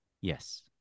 Yes